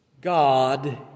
God